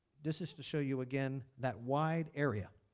this is to show you again that wide area